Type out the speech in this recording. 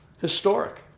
historic